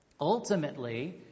Ultimately